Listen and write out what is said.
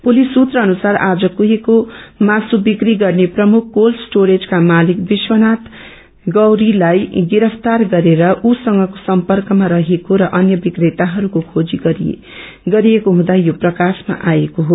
police सुत्र अनुसार आज कुहेको मासु बिक्री गर्ने प्रमुख देकानदार बिश्वनाथ गौरीलाई गिरफ्तार गरेर उ सँगक्रो सर्म्पकमा रहेको र अन्य विकेताहरूको खोजी गरिएको हुँदा यो प्रकाशमा आएको हो